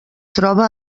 troba